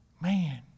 Man